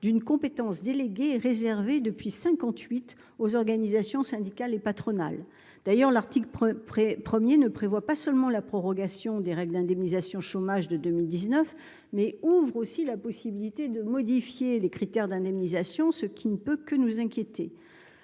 d'une compétence délégué réservé depuis 58 aux organisations syndicales et patronales d'ailleurs l'article près ne prévoit pas seulement la prorogation des règles d'indemnisation chômage de 2000 19 mai ouvre aussi la possibilité de modifier les critères d'indemnisation, ce qui ne peut que nous inquiéter